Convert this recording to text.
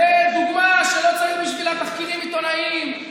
זו דוגמה שלא צריך בשבילה תחקירים עיתונאיים,